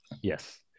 Yes